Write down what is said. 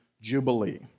Jubilee